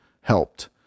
helped